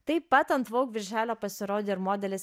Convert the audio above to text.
taip pat ant viršelio pasirodė ir modelis